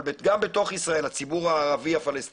גם בתוך ישראל הציבור הערבי-הפלשתיני,